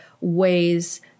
ways